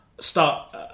start